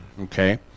Okay